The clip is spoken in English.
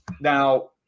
Now